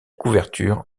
couverture